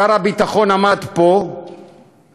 שר הביטחון עמד פה ואמר: